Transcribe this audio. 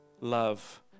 love